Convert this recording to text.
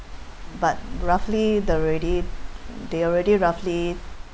but roughly they already they already roughly